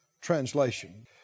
translation